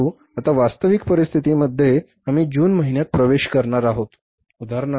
परंतु आता वास्तविक परिस्थितीमध्ये आम्ही जून महिन्यात प्रवेश करणार आहोत